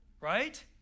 Right